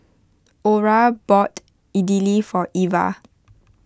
Orah bought Idili for Eva